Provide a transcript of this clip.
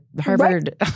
Harvard